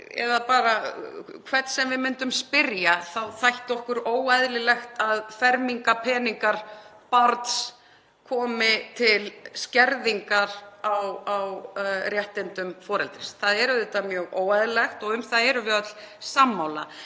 að bara hvern sem við myndum spyrja, þá þætti okkur óeðlilegt að fermingarpeningar barns kæmu til skerðingar á réttindum foreldris. Það er auðvitað mjög óeðlilegt og um það erum við öll sammála.